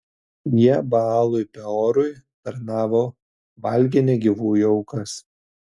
jie baalui peorui tarnavo valgė negyvųjų aukas